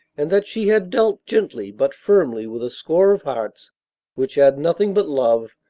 and that she had dealt gently but firmly with a score of hearts which had nothing but love,